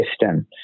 system